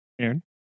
Aaron